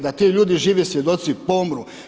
Da ti ljudi živi svjedoci pomru.